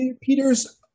Peter's